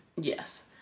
Yes